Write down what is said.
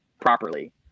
properly